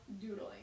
doodling